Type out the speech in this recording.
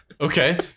Okay